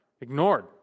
ignored